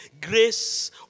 grace